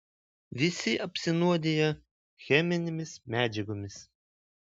visi apsinuodiję cheminėmis medžiagomis